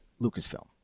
Lucasfilm